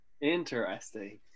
interesting